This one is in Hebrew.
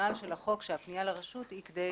שהרציונל של החוק שהפנייה לרשות היא כדי